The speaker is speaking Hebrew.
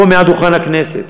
מפה, מדוכן הכנסת,